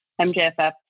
MJFF